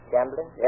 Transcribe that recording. Gambling